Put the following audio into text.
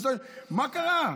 מה קרה?